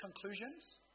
conclusions